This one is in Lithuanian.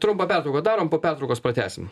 trumpą pertrauką darom po pertraukos pratęsim